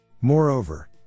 Moreover